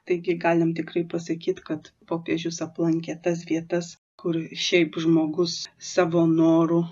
taigi galim tikrai pasakyt kad popiežius aplankė tas vietas kur šiaip žmogus savo noru